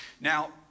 Now